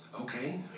Okay